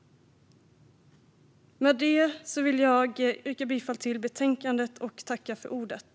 Med det vill jag yrka bifall till utskottets förslag i betänkandet.